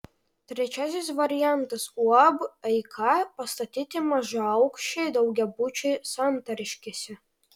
trečiasis variantas uab eika pastatyti mažaaukščiai daugiabučiai santariškėse